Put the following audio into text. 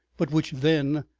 but which then,